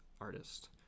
artist